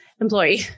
employee